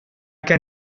can